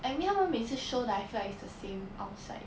I mean 他们每次 show life lah it's the same outside